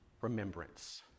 remembrance